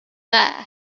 there